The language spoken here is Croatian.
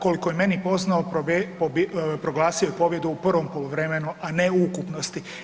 Koliko je meni poznato proglasio je pobjedu u prvom poluvremenu, a ne u ukupnosti.